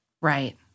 Right